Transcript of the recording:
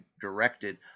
directed